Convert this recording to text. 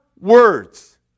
words